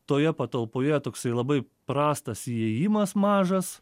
toje patalpoje toksai labai prastas įėjimas mažas